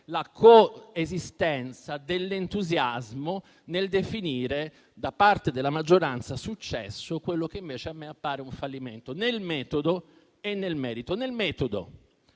la coesistenza dell'entusiasmo nel definire da parte della maggioranza successo quello che invece a me appare un fallimento, nel metodo e nel merito. Nel metodo